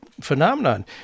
phenomenon